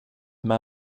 med